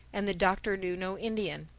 and the doctor knew no indian.